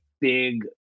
big